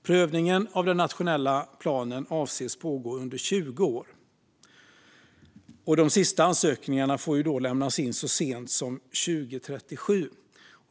Prövningen enligt den nationella planen avses pågå under 20 år, och de sista ansökningarna får lämnas in så sent som 2037.